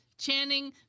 Channing